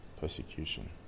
Persecution